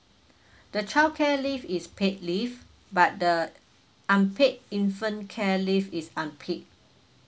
the childcare leave is paid leave but the unpaid infant care leave is unpaid